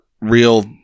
real